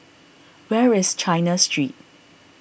where is China Street